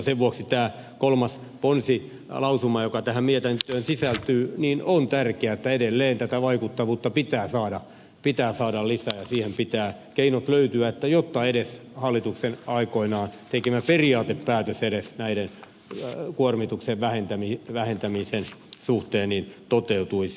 sen vuoksi tämä kolmas ponsilausuma joka tähän mietintöön sisältyy on tärkeä että edelleen tätä vaikuttavuutta pitää saada lisää ja siihen pitää keinot löytyä jotta edes hallituksen aikoinaan tekemä periaatepäätös kuormituksen vähentämisen suhteen toteutuisi